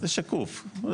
זה שקוף.